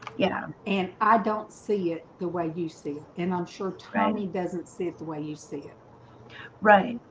you know and i don't see it the way you see and i'm sure cranny doesn't see it the way you see it right,